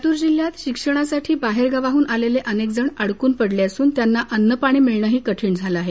लातूर जिल्ह्यात शिक्षणासाठी बाहेरगावाहून आलेले अनेक जण अडकून पडले असून त्यांना अन्न पाणी मिळणेही कठीण झाले आहे